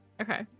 Okay